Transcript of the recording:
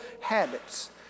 habits